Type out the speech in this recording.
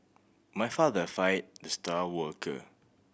my father fired the star worker